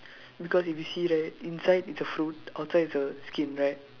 because if you see right inside it's a fruit outside it's a skin right